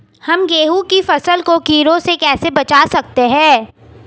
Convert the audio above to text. हम गेहूँ की फसल को कीड़ों से कैसे बचा सकते हैं?